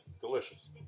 Delicious